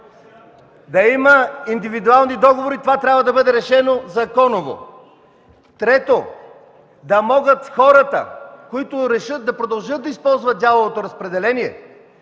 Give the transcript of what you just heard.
да има индивидуални договори – това трябва да бъде решено законово. Трето, да могат хората, които решат да продължат да използват дяловото разпределение,